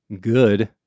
good